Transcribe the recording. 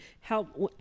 help